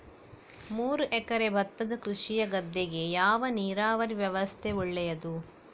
ಮೂರು ಎಕರೆ ಭತ್ತದ ಕೃಷಿಯ ಗದ್ದೆಗೆ ಯಾವ ನೀರಾವರಿ ವ್ಯವಸ್ಥೆ ಒಳ್ಳೆಯದು?